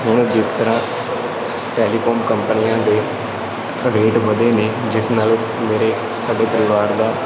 ਹੁਣ ਜਿਸ ਤਰ੍ਹਾਂ ਟੈਲੀਫੋਨ ਕੰਪਨੀਆਂ ਦੇ ਰੇਟ ਵਧੇ ਨੇ ਜਿਸ ਨਾਲ ਮੇਰੇ ਸਾਡੇ ਪਰਿਵਾਰ ਦਾ